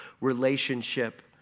relationship